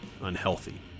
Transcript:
unhealthy